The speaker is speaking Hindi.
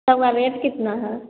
रेट कितना है